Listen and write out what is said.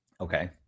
okay